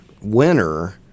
winner